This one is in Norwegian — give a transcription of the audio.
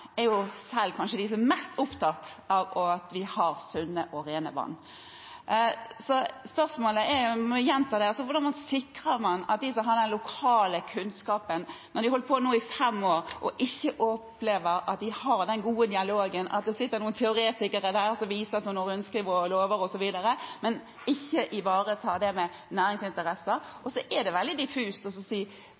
er kanskje de som er mest opptatt av at vi har sunne og rene vann. Spørsmålet er, og jeg gjentar det: De som har den lokale kunnskapen, opplever ikke at de har den gode dialogen. Man har holdt på nå i fem år – det sitter noen teoretikere og viser til rundskriv og lover osv., men de ivaretar ikke næringsinteresser. Hvordan sikrer man det? Og så er det egentlig veldig diffust hva som ikke er i strid med verneområdet. Det må være konkret for næringsaktører for å vite hva de